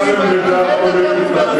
צבא מוסרי ואתה,